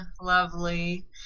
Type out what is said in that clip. lovely